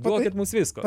duokit mums visko